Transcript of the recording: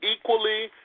equally